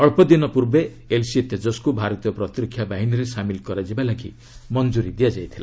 ଅଳ୍ପଦିନ ପୂର୍ବେ ଏଲ୍ସିଏ ତେଜସ୍କୁ ଭାରତୀୟ ପ୍ରତିରକ୍ଷା ବାହିନୀରେ ସାମିଲ କରାଯିବା ଲାଗି ମଞ୍ଜୁରୀ ଦିଆଯାଇଥିଲା